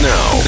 Now